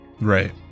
Right